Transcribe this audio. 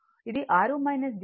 ఇది 1